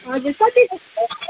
हजुर कति सस्तो